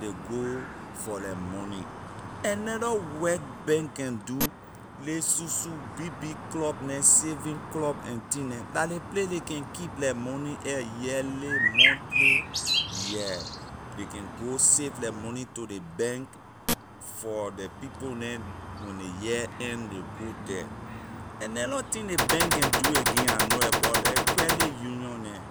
Ley go for la money another work bank can do ley susu big big club neh saving club and thing neh la ley play ley can keep la money air yearly monthly yeah ley can go save la money to ley bank for the people neh when ley year end ley go there another thing ley bank can do again I know abor like credit union neh